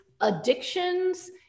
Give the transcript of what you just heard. addictions